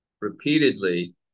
repeatedly